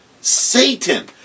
Satan